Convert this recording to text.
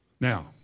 Now